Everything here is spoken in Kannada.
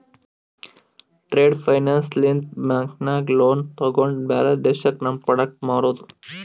ಟ್ರೇಡ್ ಫೈನಾನ್ಸ್ ಲಿಂತ ಬ್ಯಾಂಕ್ ನಾಗ್ ಲೋನ್ ತೊಗೊಂಡು ಬ್ಯಾರೆ ದೇಶಕ್ಕ ನಮ್ ಪ್ರೋಡಕ್ಟ್ ಮಾರೋದು